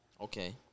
Okay